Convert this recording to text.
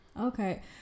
Okay